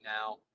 now